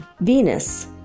Venus